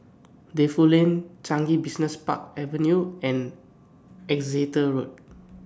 Defu Lane Changi Business Park Avenue and Exeter Road